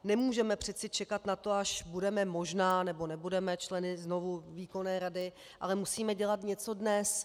Nemůžeme přece čekat na to, až budeme možná, nebo nebudeme členy znovu výkonné rady, ale musíme dělat něco dnes.